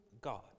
God